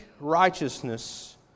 righteousness